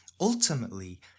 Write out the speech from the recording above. ultimately